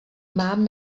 mám